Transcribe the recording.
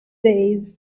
days